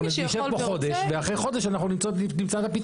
נשב פה חודש ואחרי חודש אנחנו נמצא את הפתרון.